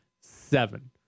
seven